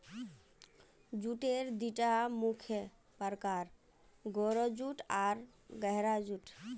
जूटेर दिता मुख्य प्रकार, गोरो जूट आर गहरा जूट